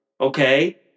okay